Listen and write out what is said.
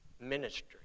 ministry